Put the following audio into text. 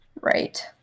Right